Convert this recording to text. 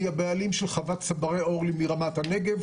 אני הבעלים של חוות צברי אורלי מרמת הנגב,